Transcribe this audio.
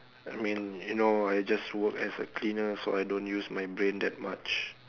I mean you know I just work as a cleaner so I don't use my brain that much